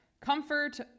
Comfort